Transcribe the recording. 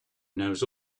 knows